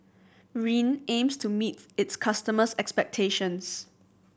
Rene aims to meet its customers' expectations